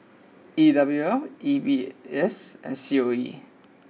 E W L M B S and C O E